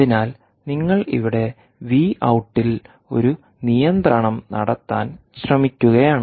അതിനാൽ നിങ്ങൾ ഇവിടെ വി ഔട്ടിൽ ഒരു നിയന്ത്രണം നടത്താൻ ശ്രമിക്കുകയാണ്